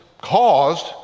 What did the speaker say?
caused